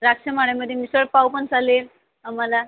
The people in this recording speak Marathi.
द्राक्षमळ्यामध्ये मिसळपाव पण चालेल आम्हाला